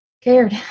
cared